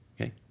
okay